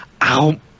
Ow